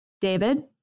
David